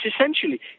essentially